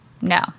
No